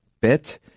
bit